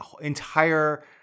entire